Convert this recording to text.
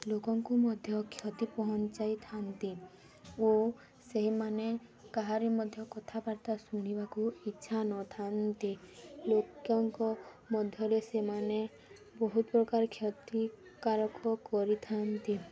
ଲୋକଙ୍କୁ ମଧ୍ୟ କ୍ଷତି ପହଞ୍ଚାଇଥାନ୍ତି ଓ ସେହିମାନେ କାହାର ମଧ୍ୟ କଥାବାର୍ତ୍ତା ଶୁଣିବାକୁ ଇଚ୍ଛା ନଥାନ୍ତି ଲୋକଙ୍କ ମଧ୍ୟରେ ସେମାନେ ବହୁତ ପ୍ରକାର କ୍ଷତିକାରକ କରିଥାନ୍ତି